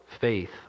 faith